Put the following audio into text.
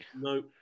No